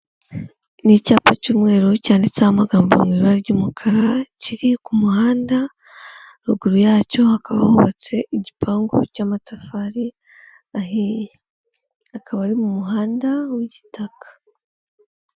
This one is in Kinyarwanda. Ni icyapa cy'umweru cyanditseho amagambo mu ibara ry'umukara kiri ku muhanda, ruguru yacyo hakaba hubatse igipangu cy'amatafari ahiye, akaba ari mu muhanda w'igitaka.